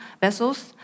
vessels